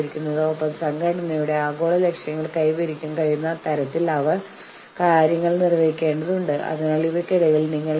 പരിഹരിക്കപ്പെടാതെ തുടരുന്ന അവസാന ഘട്ടങ്ങൾ അല്ലെങ്കിൽ പ്രശ്നങ്ങൾ ആണ് തടസ്സങ്ങൾ